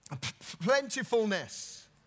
plentifulness